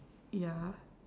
ya